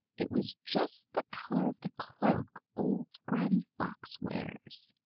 it was just the color of the cloak old granny fox wears.